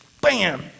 bam